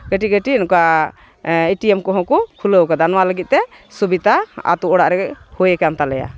ᱠᱟᱹᱴᱤᱡ ᱠᱟᱹᱴᱤᱡ ᱱᱚᱝᱠᱟ ᱮᱴᱤᱭᱮᱢ ᱠᱚᱦᱚᱸ ᱠᱚ ᱠᱷᱩᱞᱟᱹᱣ ᱠᱟᱫᱟ ᱱᱚᱣᱟ ᱞᱟᱹᱜᱤᱫ ᱛᱮ ᱥᱩᱵᱤᱫᱷᱟ ᱟᱛᱳ ᱚᱲᱟᱜ ᱨᱮ ᱦᱩᱭ ᱠᱟᱱ ᱛᱟᱞᱮᱭᱟ